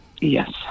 Yes